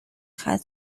ختم